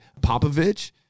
Popovich